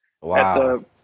Wow